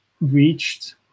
reached